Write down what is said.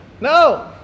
No